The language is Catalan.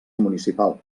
municipal